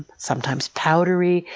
sometimes powdery,